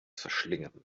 verschlingen